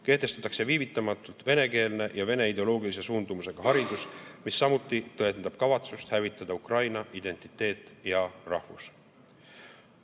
kehtestatakse viivitamatult venekeelne ja vene ideoloogilise suundumusega haridus, mis samuti tõendab kavatsust hävitada Ukraina identiteet ja